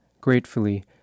gratefully